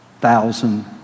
thousand